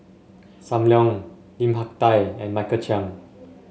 Sam Leong Lim Hak Tai and Michael Chiang